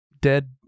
dead